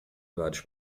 vários